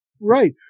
Right